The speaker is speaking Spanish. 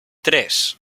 tres